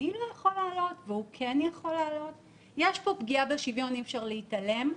יש פה פגיעה בשוויון, אי אפשר להתעלם.